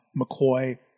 McCoy